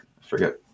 forget